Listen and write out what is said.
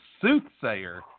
soothsayer